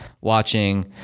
watching